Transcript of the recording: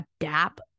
adapt